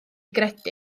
gredu